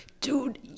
Dude